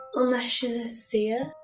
unless she's a seer?